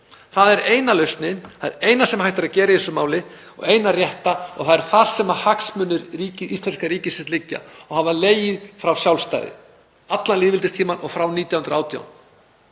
Það er eina lausnin. Það er það eina sem hægt er að gera í þessu máli og hið eina rétta. Það er þar sem hagsmunir íslenska ríkisins liggja og hafa legið frá sjálfstæði, allan lýðveldistímann og frá 1918,